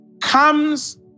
comes